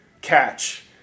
catch